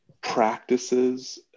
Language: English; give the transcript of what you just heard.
practices